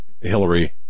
hillary